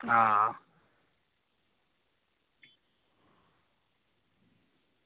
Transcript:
आं